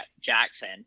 Jackson